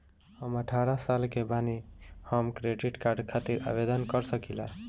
हम अठारह साल के बानी हम क्रेडिट कार्ड खातिर आवेदन कर सकीला?